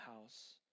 house